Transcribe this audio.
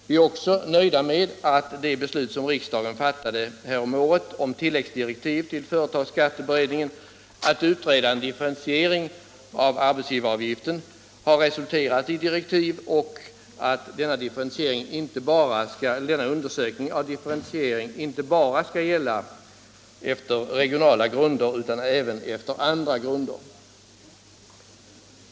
Vi är också nöjda med att det beslut som riksdagen fattade häromåret om tilläggsdirektiv till företagsskatteberedningen att utreda en differentiering av arbetsgivaravgiften har resulterat i direktiv och att denna undersökning av differentieringen skall göras inte bara efter regionala utan även efter andra grunder.